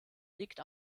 liegt